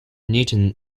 newton